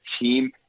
team